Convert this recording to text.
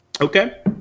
Okay